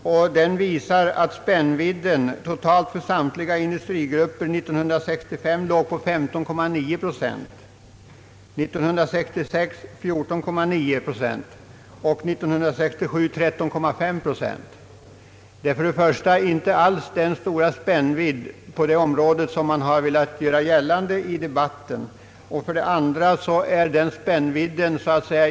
Totalt för samtliga industrigrupper låg spännvidden år 1965 vid 15,9 procent, år 1966 vid 14,9 procent och år 1967 vid 13,5 procent. För det första är det alltså inte den stora spännvidd på detta område som man har velat göra gällande i debatten, och för det andra är spännvidden i krympande.